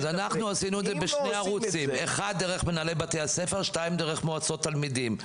עשינו את זה בשני ערוצים: דרך מנהלי בתי הספר ודרך מועצות תלמידים,